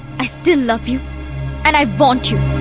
i still love you and i want you.